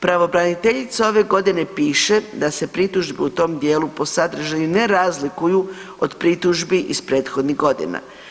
Pravobraniteljica ove godine piše da se pritužbe u tom dijelu po sadržaju ne razliku od pritužbi iz prethodnih godina.